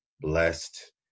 blessed